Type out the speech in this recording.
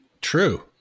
true